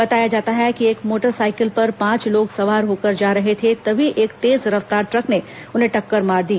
बताया जाता है कि एक मोटर सायकल पर पांच लोग सवार होकर जा रहे थे तभी एक तेज रफ्तार ट्रक ने उन्हें टक्कर मार दी